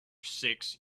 six